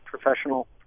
professional